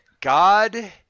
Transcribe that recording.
God